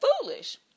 foolish